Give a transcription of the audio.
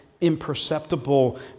imperceptible